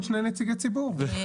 אני